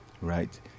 right